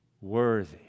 worthy